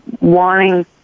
wanting